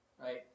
right